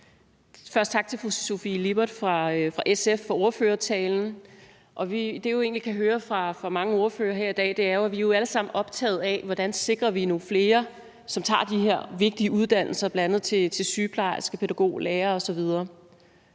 Først tak til fru Sofie Lippert fra SF for ordførertalen. Det, vi egentlig kan høre fra mange ordførere her i dag, er, at vi jo alle sammen er optaget af, hvordan vi sikrer, at der er nogle flere, som tager de her vigtige uddannelser, bl.a. uddannelser til sygeplejerske, pædagog, lærer osv.